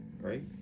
Right